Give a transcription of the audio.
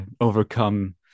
overcome